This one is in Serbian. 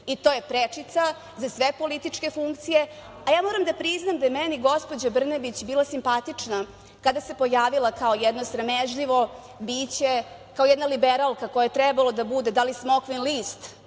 i to je prečica za sve političke funkcije. Ja moram da priznam da je meni gospođa Brnabić bila simpatična, kada se pojavila kao jedno sramežljivo biće, kao jedna liberalka, koja je trebalo da bude, da li smokvin list